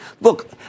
Look